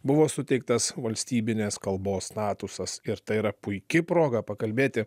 buvo suteiktas valstybinės kalbos statusas ir tai yra puiki proga pakalbėti